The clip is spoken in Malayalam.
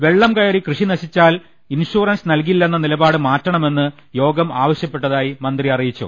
വെള്ളം കയറി കൃഷി നശിച്ചാൽ ഇൻഷുറൻസ് നൽകി ല്ലെന്ന നിലപാട് മാറ്റണമെന്ന് യോഗം ആവശ്യപ്പെട്ടതായി മന്ത്രി അറിയിച്ചു